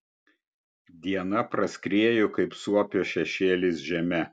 diena praskriejo kaip suopio šešėlis žeme